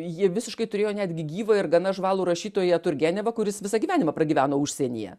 ji visiškai turėjo netgi gyvą ir gana žvalų rašytoją turgenevą kuris visą gyvenimą pragyveno užsienyje